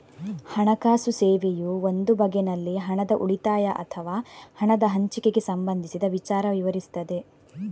ಹಣಕಾಸು ಸೇವೆಯು ಒಂದು ಬಗೆನಲ್ಲಿ ಹಣದ ಉಳಿತಾಯ ಅಥವಾ ಹಣದ ಹಂಚಿಕೆಗೆ ಸಂಬಂಧಿಸಿದ ವಿಚಾರ ವಿವರಿಸ್ತದೆ